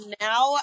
now